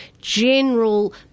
general